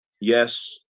Yes